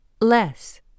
Less